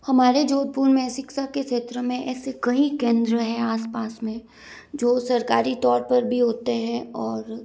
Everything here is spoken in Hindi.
हमारे जोधपुर में शिक्षा के क्षेत्र में ऐसे कई केंद्र हैं आसपास में जो सरकारी तौर पर भी होते हैं और